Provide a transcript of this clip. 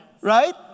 right